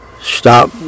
stop